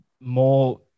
more